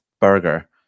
burger